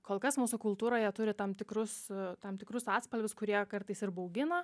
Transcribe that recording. kol kas mūsų kultūroje turi tam tikrus tam tikrus atspalvius kurie kartais ir baugina